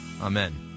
Amen